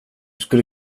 skulle